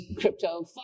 crypto